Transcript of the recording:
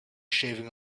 shaving